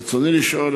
רצוני לשאול,